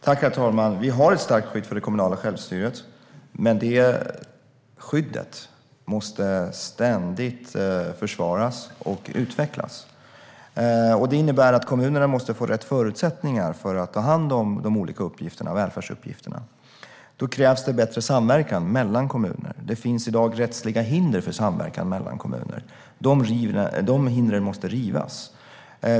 Herr talman! Vi har ett starkt skydd för det kommunala självstyret, men det skyddet måste ständigt försvaras och utvecklas. Det innebär att kommunerna måste få rätt förutsättningar för att ta hand om de olika välfärdsuppgifterna. Då krävs det bättre samverkan mellan kommuner. Det finns i dag rättsliga hinder för en sådan samverkan. De hindren måste rivas.